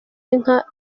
inka